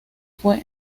fue